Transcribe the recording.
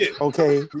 Okay